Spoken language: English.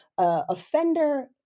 Offender